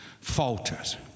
falters